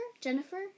Jennifer